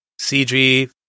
cg